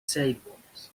sailboats